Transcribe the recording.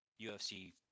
UFC